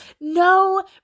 No